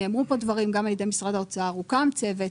נאמרו כאן דברים גם על ידי משרד האוצר והוקם צוות.